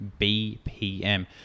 BPM